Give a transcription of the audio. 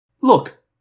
Look